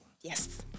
Yes